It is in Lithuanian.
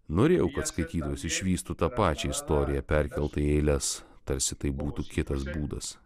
norėjau kad skaitytojas išvystų tą pačią istoriją perkeltą į eiles tarsi tai būtų kitas būdas